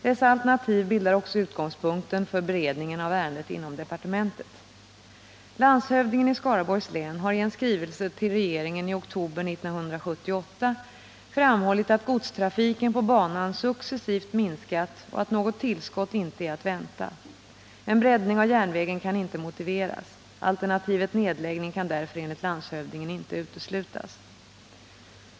Dessa alternativ bildar också utgångspunkten för beredningen av ärendet inom departementet. tillskott inte är att vänta. En breddning av järnvägen kan inte motiveras. Alternativet nedläggning kan därför enligt landshövdingen inte uteslutas.